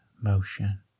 motion